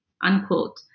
unquote